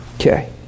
Okay